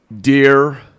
Dear